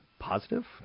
positive